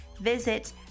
Visit